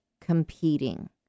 competing